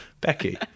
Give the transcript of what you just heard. Becky